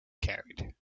carried